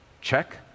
Check